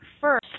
First